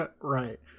right